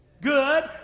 good